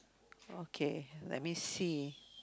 okay let me see